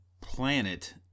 planet